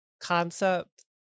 concept